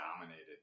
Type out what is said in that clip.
dominated